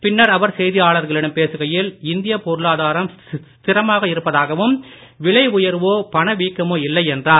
பின்னர் அவர் செய்தியாளர்களிடம் பேசுகையில் இந்தியப் பொருளாரம் ஸ்திரமாக இருப்பதாகவும் விலை உயர்வோ பண வீக்கமோ இல்லை என்றார்